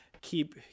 keep